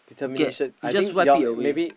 get just wipe it away